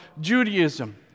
Judaism